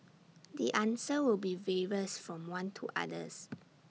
the answer will be various from one to others